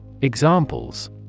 Examples